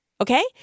okay